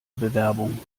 bewerbung